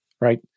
Right